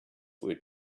word